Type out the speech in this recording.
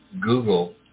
Google